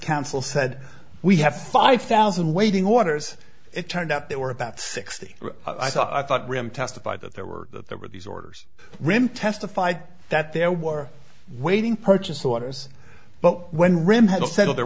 council said we have five thousand waiting orders it turned out there were about sixty i thought i thought rim testified that there were that there were these orders rim testified that there were waiting purchase orders but when rim had to settle there